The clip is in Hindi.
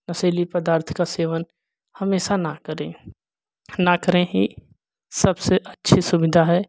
नशीली पदार्थ का सेवन हमेशा ना करें ना करें ही सबसे अच्छी सुविधा है